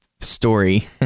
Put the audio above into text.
story